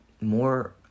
more